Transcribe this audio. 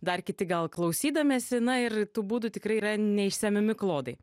dar kiti gal klausydamiesi na ir tų būdu tikrai yra neišsemiami klodai